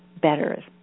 better